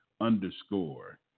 underscore